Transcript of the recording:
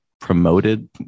promoted